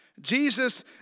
Jesus